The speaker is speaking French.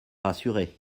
rassuré